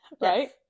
right